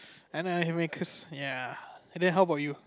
and I ya and then how about you